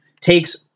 Takes